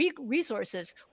Resources